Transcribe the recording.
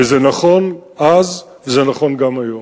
וזה נכון אז, וזה נכון גם היום,